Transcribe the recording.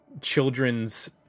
children's